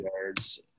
yards